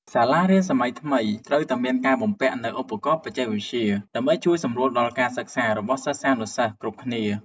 សាលារៀនសម័យថ្មីត្រូវតែមានការបំពាក់នូវឧបករណ៍បច្ចេកវិទ្យា ដើម្បីជួយសម្រួលដល់ការសិក្សារបស់សិស្សានុសិស្សគ្រប់គ្នា។